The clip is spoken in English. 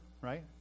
right